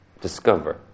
discover